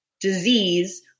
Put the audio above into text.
disease